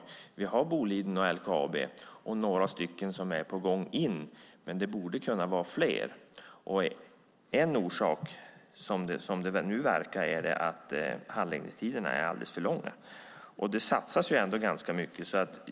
Vi har Boliden och LKAB och några som är på väg in, men det borde kunna vara fler. En orsak verkar vara att handläggningstiderna är alldeles för långa. Det satsas ändå ganska mycket.